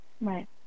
Right